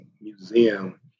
museum